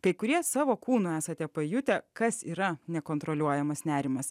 kai kurie savo kūną esate pajutę kas yra nekontroliuojamas nerimas